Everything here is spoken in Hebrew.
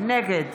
נגד